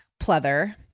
pleather